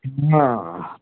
ହଁ